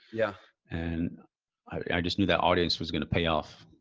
yeah. and i just knew that audience was going to pay off.